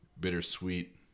bittersweet